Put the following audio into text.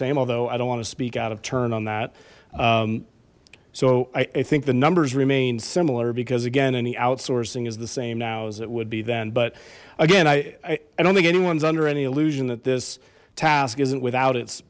same although i don't want to speak out of turn on that so i think the numbers remain similar because again any outsourcing is the same now as it would be then but again i don't think anyone's under any illusion that this task isn't without it